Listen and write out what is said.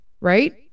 right